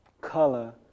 color